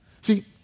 See